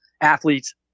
athletes